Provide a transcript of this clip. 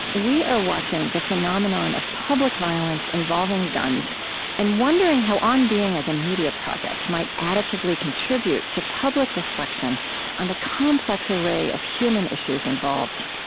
we are watching the phenomenon of public violence involving guns and wondering how on being as a media project might additively contribute to public reflection on the complex array of human issues involved.